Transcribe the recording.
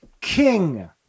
king